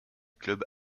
club